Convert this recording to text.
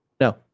No